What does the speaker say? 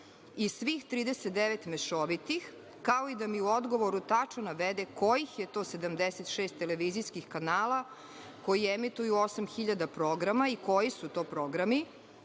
i svih 39 mešovitih, kao i da mi u odgovoru tačno navede kojih je to 76 televizijskih kanala koji emituju 8.000 programa i koji su to programi